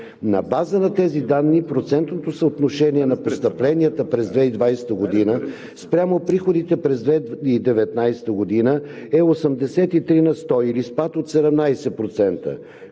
На база тези данни процентното съотношение на постъпленията през 2020 г. спрямо приходите през 2019 г. е 83 на сто, или спад от 17%,